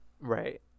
right